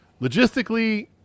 logistically